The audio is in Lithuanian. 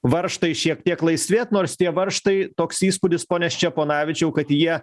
varžtai šiek tiek laisvėt nors tie varžtai toks įspūdis pone ščeponavičiau kad jie